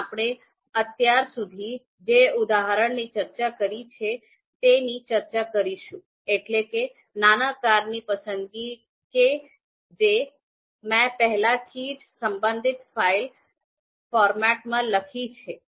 પણ આપણે અત્યાર સુધી જે ઉદાહરણની ચર્ચા કરી છે તેની ચર્ચા કરીશું એટલે કે નાની કારની પસંદગી કે જે મેં પહેલાથી જ સંબંધિત ફાઇલ ફોર્મેટમાં લખી છે